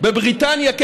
בבריטניה כן,